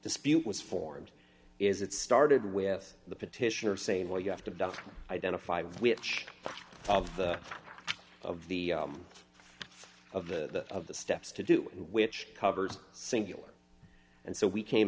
dispute was formed is it started with the petitioner saying well you have to doesn't identify which of the of the of the of the steps to do which covers singular and so we came